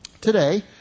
today